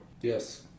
Yes